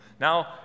Now